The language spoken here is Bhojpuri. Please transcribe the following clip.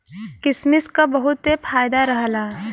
किसमिस क बहुते फायदा रहला